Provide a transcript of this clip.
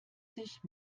sich